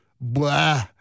blah